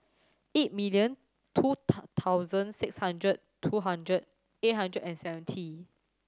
eight million two thousand six hundred two hundred eight hundred and seventy